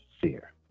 fear